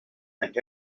and